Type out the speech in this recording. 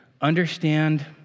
understand